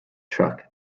truck